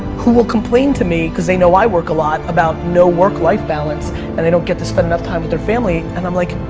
who will complain to me cause they know i work a lot about no work life balance and they don't get to spend enough time with they're family. and i'm like,